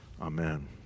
Amen